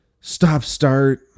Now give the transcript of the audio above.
stop-start